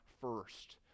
first